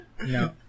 no